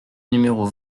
numéros